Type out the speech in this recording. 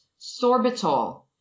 Sorbitol